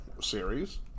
series